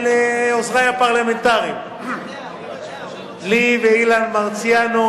ולעוזרי הפרלמנטריים לי קטקוב ואילן מרסיאנו,